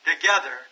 together